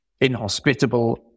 inhospitable